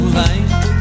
light